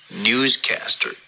newscaster